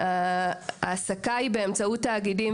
ההעסקה היא באמצעות תאגידים,